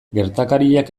gertakariak